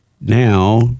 now